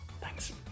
Thanks